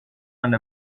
and